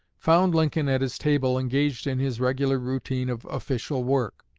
found lincoln at his table engaged in his regular routine of official work.